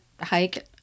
hike